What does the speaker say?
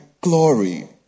glory